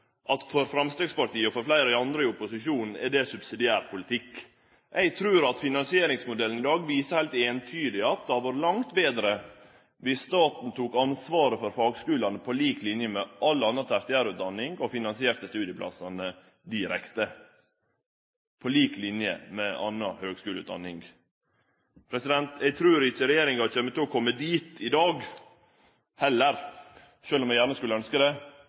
at for Framstegspartiet, og for fleire av dei andre i opposisjonen, er dét subsidiær politikk. Eg trur at finansieringsmodellen i dag viser heilt eintydig at det hadde vore langt betre om staten tok ansvaret for fagskulane, på lik linje med all anna tertiærutdanning, og finansierte studieplassane direkte, på lik linje med anna høgskuleutdanning. Eg trur ikkje regjeringa kjem dit i dag heller, sjølv om eg gjerne skulle ønskje det.